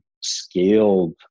scaled